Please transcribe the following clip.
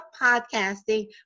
podcasting